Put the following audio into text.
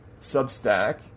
Substack